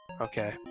Okay